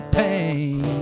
pain